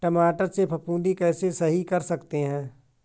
टमाटर से फफूंदी कैसे सही कर सकते हैं?